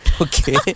Okay